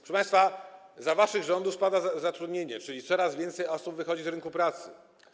Proszę państwa, za waszych rządów spada zatrudnienie, czyli coraz więcej osób wychodzi z rynku pracy.